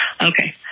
Okay